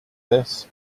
this